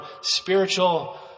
spiritual